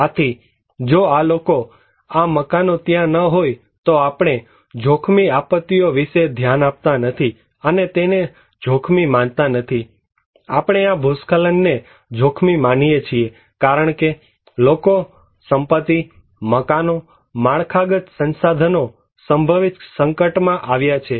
આથી જો આ લોકો આ મકાનો ત્યાં ન હોય તો આપણે જોખમી આપત્તિઓ વિશે ધ્યાન આપતા નથી અને તેને જોખમી માનતા નથી આપણે આ ભૂસ્ખલનને જોખમી માનીએ છીએ કારણકે લોકો સંપત્તિ મકાનો માળખાગત સંસાધનો સંભવિત સંકટમાં આવ્યા છે